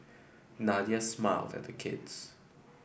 Nadia smiled at the kids